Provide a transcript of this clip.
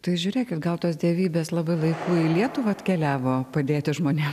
tai žiūrėkit gal tos dievybės labai laiku į lietuvą atkeliavo padėti žmonėm